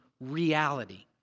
reality